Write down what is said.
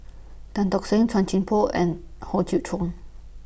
Tan Tock Seng Chuan Poh and Hock Chew Chong